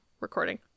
recording